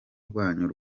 rwanyu